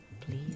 Please